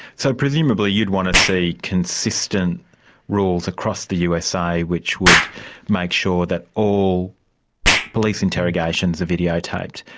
so, presumably you'd want to see consistent rules across the usa which would make sure that all police interrogations are videotaped?